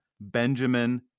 Benjamin